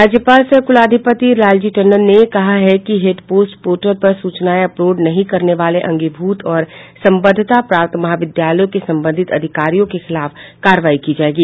राज्यपाल सह कुलाधिपति लालजी टंडन ने कहा है कि हेडपोस्ट पोर्टल पर सूचनाएं अपलोड नहीं करने वाले अंगीभूत और संबद्धता प्राप्त महाविद्यालयों के संबंधित अधिकारियों के खिलाफ कार्रवाई की जायेगी